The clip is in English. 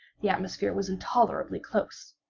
the atmosphere was intolerably close.